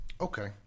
Okay